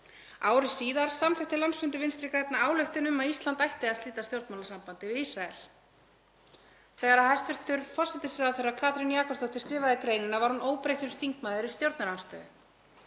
Ári síðar samþykkti landsfundur Vinstri grænna ályktun um að Ísland ætti að slíta stjórnmálasambandi við Ísrael. Þegar hæstv. forsætisráðherra Katrín Jakobsdóttir skrifaði greinina var hún óbreyttur þingmaður í stjórnarandstöðu.